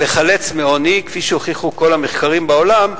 לחלץ מעוני, כפי שהוכיחו כל המחקרים בעולם,